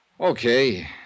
Okay